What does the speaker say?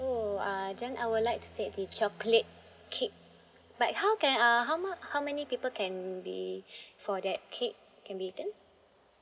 oh uh then I would like to take the chocolate cake but how can uh how mu~ how many people can be for that cake can be eaten